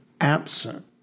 absent